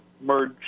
merge